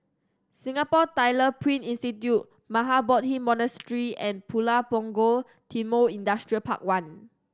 Singapore Tyler Print Institute Mahabodhi Monastery and Pulau Punggol Timor Industrial Park One